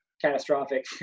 catastrophic